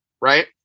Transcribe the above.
right